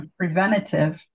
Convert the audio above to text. preventative